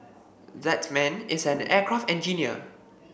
that man is an aircraft engineer